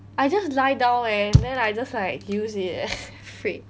I just lie down eh then I just like use it eh freak